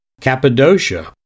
Cappadocia